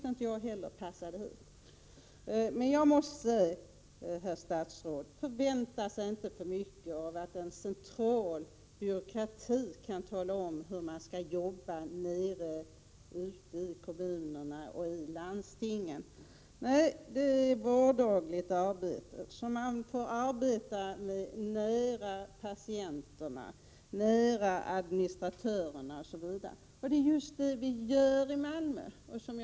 Jag måste till herr statsrådet säga att han inte skall ställa för stora förhoppningar på resultatet, om en central byråkrati skall tala om hur man skall jobba ute i kommunerna och i landstingen. Nej, resultaten kommer i det vardagliga arbetet nära patienterna, nära administratörerna osv. Det är också den linjen som vi följer i Malmö.